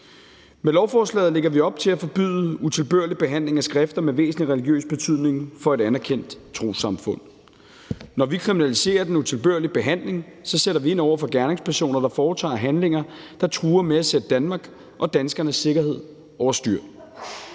Med lovforslaget lægger vi op til at forbyde utilbørlig behandling af skrifter med væsentlig religiøs betydning for et anerkendt trossamfund. Når vi kriminaliserer den utilbørlige behandling, sætter vi ind over for gerningspersoner, der foretager handlinger, som truer med at sætte Danmarks og danskernes sikkerhed over styr.